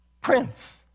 prince